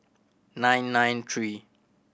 nine nine three